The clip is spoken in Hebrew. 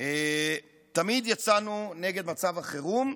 תמיד יצאנו נגד מצב החירום,